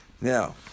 Now